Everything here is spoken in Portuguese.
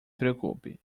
preocupe